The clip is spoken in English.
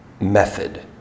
method